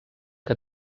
que